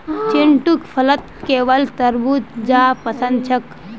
चिंटूक फलत केवल तरबू ज पसंद छेक